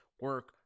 Work